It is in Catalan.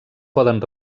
poden